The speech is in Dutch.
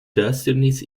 duisternis